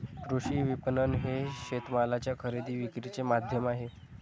कृषी विपणन हे शेतमालाच्या खरेदी विक्रीचे माध्यम आहे